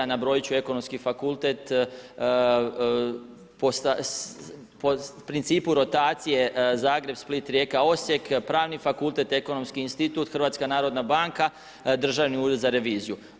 Nabrojat će, Ekonomski fakultet, po principu rotacije Zagreb, Split, Rijeka, Osijek, Pravni fakultet, Ekonomski institut, HNB, Državni ured za reviziju.